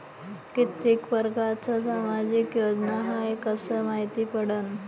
कितीक परकारच्या सामाजिक योजना हाय कस मायती पडन?